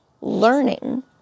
learning